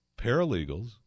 Paralegals